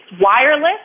wireless